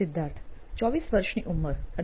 સિદ્ધાર્થ 24 વર્ષની ઉંમર અને